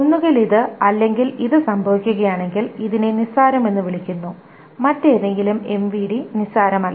ഒന്നുകിൽ ഇത് അല്ലെങ്കിൽ ഇത് സംഭവിക്കുകയാണെങ്കിൽ ഇതിനെ നിസ്സാരമെന്ന് വിളിക്കുന്നു മറ്റേതെങ്കിലും എംവിഡി നിസ്സാരമല്ല